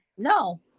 No